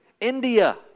India